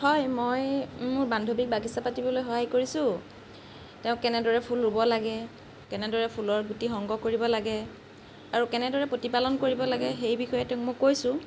হয় মই মোৰ বান্ধৱীক বাগিছা পাতিবলেৈ সহায় কৰিছোঁ তেওঁক কেনেদৰে ফুল ৰুব লাগে কেনেদৰে ফুলৰ গুটি সংগ্ৰহ কৰিব লাগে আৰু কেনেদৰে প্ৰতিপালন কৰিব লাগে সেই বিষয়ে তেওঁক মই কৈছোঁ